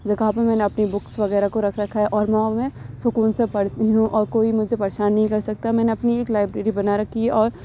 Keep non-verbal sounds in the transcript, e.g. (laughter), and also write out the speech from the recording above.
جگہ پہ میں نے اپنی بکس وغیرہ کو رکھ رکھا ہے اور (unintelligible) میں سکون سے پڑھتی ہوں اور کوئی مجھے پریشان نہیں کر سکتا میں نے اپنی ایک لائبریری بنا رکھی ہے اور